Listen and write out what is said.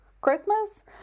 Christmas